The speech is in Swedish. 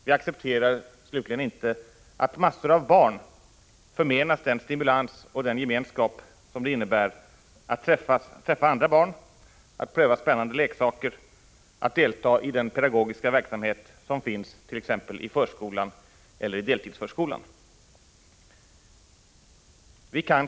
Vi accepterar slutligen inte att massor av barn förmenas den stimulans och den gemenskap som det innebär att träffa andra barn, att pröva spännande leksaker och att delta i den pedagogiska verksamhet som finns t.ex. i förskolan eller i deltidsförskolan.